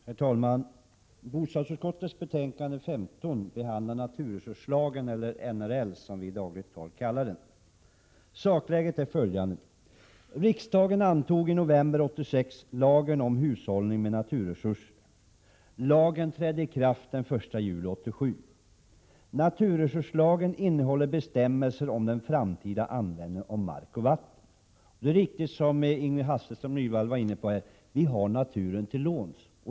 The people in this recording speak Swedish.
Herr talman! I bostadsutskottets betänkande 15 behandlas naturresurslagen, eller NRL som vi i dagligt tal kallar den. Sakläget är följande. Riksdagen antog in november 1986 lagen om hushållning med naturresurser. Lagen trädde i kraft den 1 juli 1987. Naturresurslagen innehåller bestämmelser om den framtida användningen av mark och vatten. Ingrid Hasselström Nyvall sade helt riktigt att vi har naturen till låns.